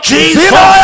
Jesus